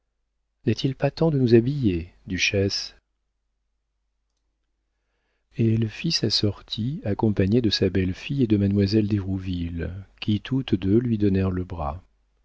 n'est-il pas temps de nous habiller duchesse et elle fit sa sortie accompagnée de sa belle-fille et de mademoiselle d'hérouville qui toutes deux lui donnèrent le bras